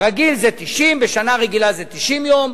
ברגיל זה 90, בשנה רגילה זה 90 יום,